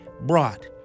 brought